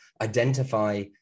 identify